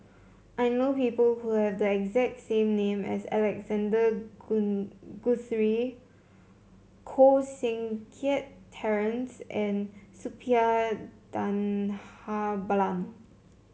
I know people who have the exact same name as Alexander Guthrie Koh Seng Kiat Terence and Suppiah Dhanabalan